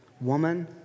Woman